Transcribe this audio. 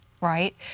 right